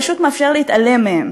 פשוט מאפשר להתעלם מהם.